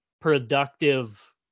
productive